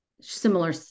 similar